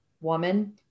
woman